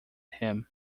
him